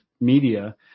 media